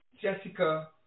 Jessica